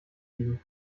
liegen